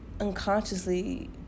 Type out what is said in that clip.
unconsciously